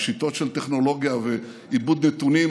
בשיטות של טכנולוגיה ועיבוד נתונים,